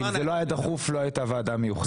אם זה לא היה דחוף לא הייתה ועדה מיוחדת.